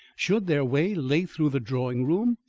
should their way lay through the drawing-room!